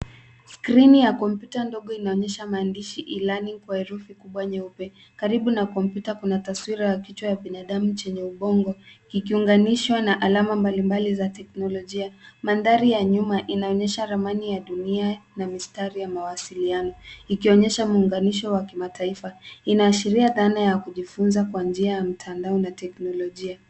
Skrini ya kompyuta ndogo inaonyesha maandishi E-Learning kwa herufi kubwa nyeupe. Karibu na kompyuta kuna taswira ya kichwa ya binadamu chenye ubongo, kikiunganishwa na alama mbalimbali za teknolojia. Mandhari ya nyuma inaonyesha ramani ya dunia na mistari ya mawasiliano, ikionyesha muunganisho wa kimataifa. Inaashiria dhana ya kujifunza kwa njia ya mtandao na teknolojia.